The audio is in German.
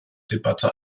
debatte